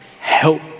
help